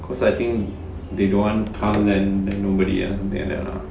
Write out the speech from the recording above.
cause I think they don't want come then then nobody ah something like that ah